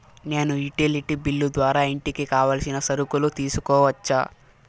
నేను utility bill ద్వారా ఇంటికి కావాల్సిన సరుకులు తీసుకోవచ్చా?